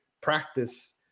practice